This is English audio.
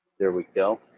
there we go.